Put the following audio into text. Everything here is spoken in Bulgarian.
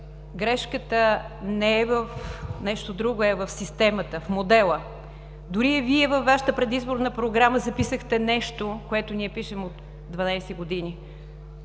грешката не е в нещо друго, а е в системата, в модела. Дори и Вие във Вашата предизборна програма записахте нещо, което ние пишем от 12 години